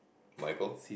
Michael